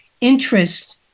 interest